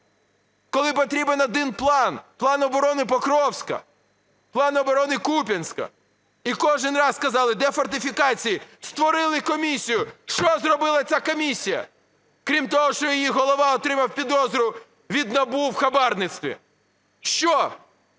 Коли потрібен один план – план оборони Покровська, план оборони Куп'янська. І кожен раз казали: де фортифікації? Створили комісію, що зробила ця комісія, крім того, що її голова отримав підозру від НАБУ в хабарництві? Що?